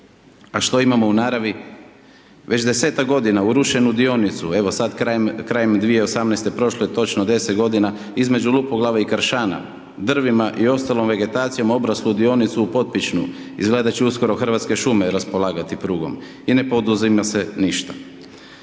A što imamo u naravi? Već 10-tak godina urušen u dionicu, evo sada krajem 2018. prošlo je točno 10 g. između Lupoglave i Kršana, drvima i ostalom vegetacijom obraslu dionicu u Potpišnu, izgleda da će uskoro Hrvatske šume raspolagati prugom i ne poduzima se ništa.